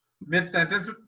Mid-sentence